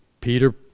Peter